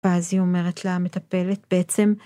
ואז היא אומרת לה מטפלת בעצם.